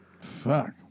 Fuck